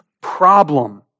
problem